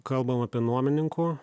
kalbam apie nuomininkų